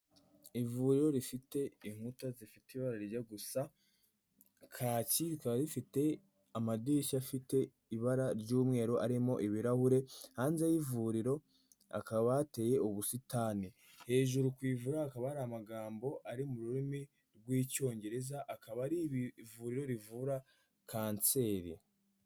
Ivuriro rifite inkuta zifite ibara rijya gusa kaki, rikaba rifite amadirishya afite ibara ry'umweru arimo ibirahure, hanze y'ivuriro hakaba hateye ubusitani, hejuru ku ivura hakaba hari amagambo ari mu rurimi rw'icyongereza, akaba ari ivuriro rivura kanseri.